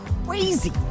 Crazy